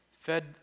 fed